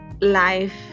life